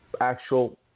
actual